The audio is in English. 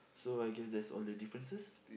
so I guess that's all the differences